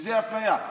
שזה אפליה.